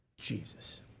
Jesus